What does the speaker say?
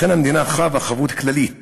המדינה חבה חבות כללית